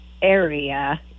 area